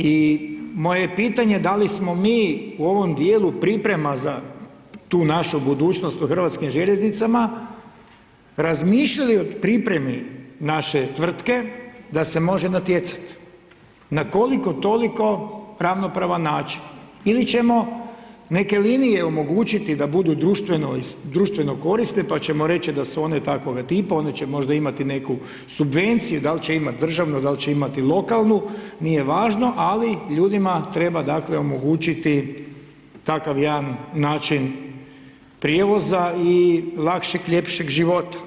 I moje pitanje, da li smo mi u ovom dijelu priprema za tu našu budućnost u Hrvatskim željeznicama, razmišljali o pripremi naše tvrtke da se može natjecati, na koliko toliko ravnopravan način, ili ćemo neke linije omogućiti da budu društveno korisne, pa ćemo reći da su one takvoga tipa, oni će možda imati neku subvenciju, dal će imati državnu, dali će imati lokalnu, nije važno, ali ljudima treba omogućiti takav jedan način prijevoza i lakšeg, ljepšeg života.